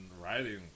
writing